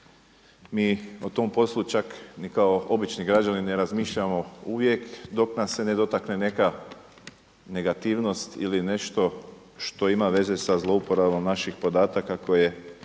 Mi o tom poslu čak ni kao obični građani ne razmišljamo uvijek dok nas ne dotakne neka negativnost ili nešto što ima veze sa zlouporabom naših podataka koje